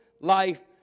life